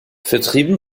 vertrieben